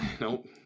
Nope